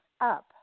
up